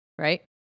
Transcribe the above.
right